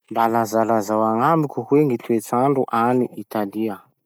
Mba lazalazao agnamiko hoe gny toetsandro agny Italia?